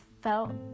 felt